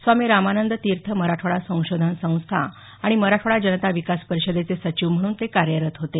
स्वामी रामानंद तीर्थ मराठवाडा संशोधन संस्था आणि मराठवाडा जनता विकास परिषदेचे सचिव म्हणून ते कार्यरत होते